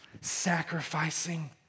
sacrificing